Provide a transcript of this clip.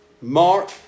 Mark